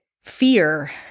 fear